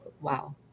wow